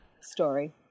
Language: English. story